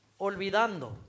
olvidando